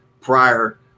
prior